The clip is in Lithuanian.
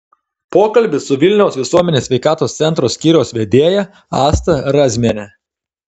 pokalbis su vilniaus visuomenės sveikatos centro skyriaus vedėja asta razmiene